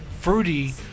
fruity